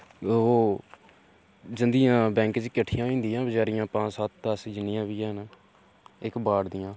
ओह् जंदियां बैंक च किट्ठियां होई जंदियां बचैरियां पंज सत्त दस्स जिन्नियां बी हैन इक वार्ड दियां